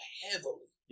heavily